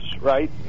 right